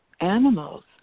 animals